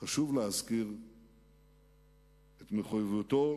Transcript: חשוב להזכיר את מחויבותו